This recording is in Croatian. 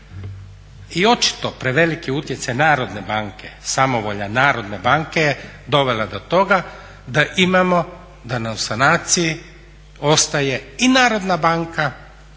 I očito preveliki utjecaj Narodne banke samovolja Narodne banke je dovela do toga da imamo da nam na sanaciji ostaje i Narodna banka